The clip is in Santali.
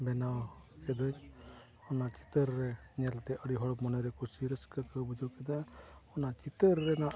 ᱵᱮᱱᱟᱣ ᱠᱮᱫᱟᱹᱧ ᱚᱱᱟ ᱪᱤᱛᱟᱹᱨ ᱨᱮ ᱧᱮᱞ ᱛᱮ ᱟᱹᱰᱤ ᱦᱚᱲ ᱢᱚᱱᱮ ᱨᱮ ᱠᱩᱥᱤ ᱨᱟᱹᱥᱠᱟᱹ ᱠᱚ ᱵᱩᱡᱷᱟᱹᱣ ᱠᱮᱫᱟ ᱚᱱᱟ ᱪᱤᱛᱟᱹᱨ ᱨᱮᱱᱟᱜ